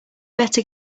better